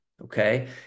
Okay